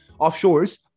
offshores